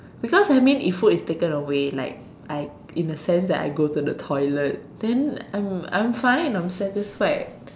because I mean if food is taken away like I in a sense that I go to the toilet then I'm I'm fine I'm satisfied